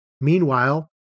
Meanwhile